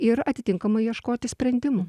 ir atitinkamai ieškoti sprendimų